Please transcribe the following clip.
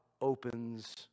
opens